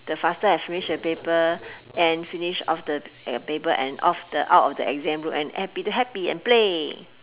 the faster I finish the paper and finish off the uh the paper and off the out of the exam room and happy to happy and play